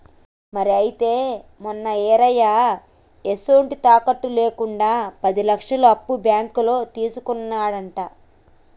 మరి అయితే మొన్న ఈరయ్య ఎసొంటి తాకట్టు లేకుండా పది లచ్చలు అప్పు బాంకులో తీసుకున్నాడట